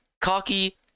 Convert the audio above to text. cocky